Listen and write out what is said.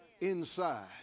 inside